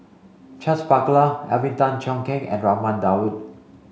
Charles Paglar Alvin Tan Cheong Kheng and Raman Daud